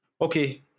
Okay